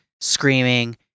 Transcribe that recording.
screaming